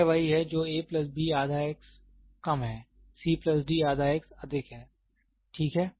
यह वही है जो a प्लस b आधा x कम है c प्लस d आधा x अधिक है ठीक है